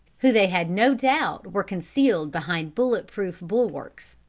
who they had no doubt were concealed behind bullet-proof bulwarks.